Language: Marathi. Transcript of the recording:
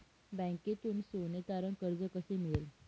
बँकेतून सोने तारण कर्ज कसे मिळेल?